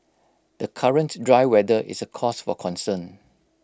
the current dry weather is A cause for concern